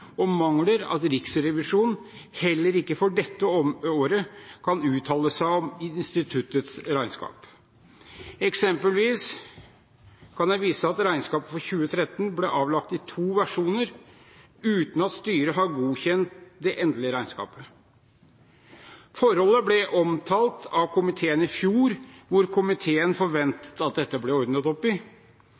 og mangler at Riksrevisjonen heller ikke for dette året kan uttale seg om instituttets regnskap. Eksempelvis kan jeg vise til at regnskapet for 2013 ble avlagt i to versjoner uten at styret har godkjent det endelige regnskapet. Forholdet ble omtalt av komiteen i fjor, og komiteen forventet at dette ble ordnet opp i.